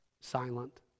silent